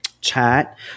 chat